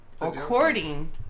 according